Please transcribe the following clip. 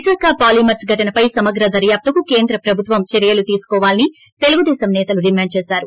Visakha polymers ఘటనపై సమగ్ర దర్యాపునకు కేంద్ర ప్రభుత్వం చర్యలు తీసుకోవాలని తెలుగుదేశం నేతలు డిమాండ్ చేశారు